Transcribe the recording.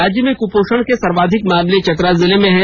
राज्य में कुपोषण के सर्वाधिक मामले चतरा जिले में हैं